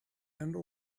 into